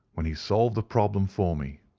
when he solved the problem for me.